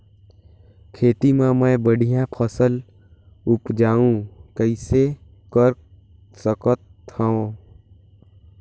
खेती म मै बढ़िया फसल उपजाऊ कइसे कर सकत थव?